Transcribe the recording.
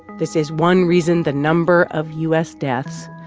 this is one reason the number of u s. deaths,